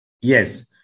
Yes